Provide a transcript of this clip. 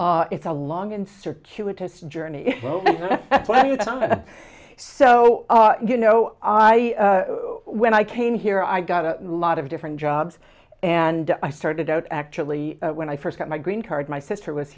it's a long and circuitous journey so you know i when i came here i got a lot of different jobs and i started out actually when i first got my green card my sister was